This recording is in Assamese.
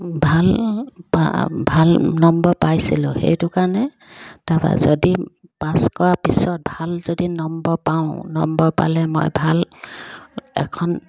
ভাল ভাল নম্বৰ পাইছিলোঁ সেইটো কাৰণে তাৰপৰা যদি পাছ কৰা পিছত ভাল যদি নম্বৰ পাওঁ নম্বৰ পালে মই ভাল এখন